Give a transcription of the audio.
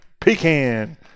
pecan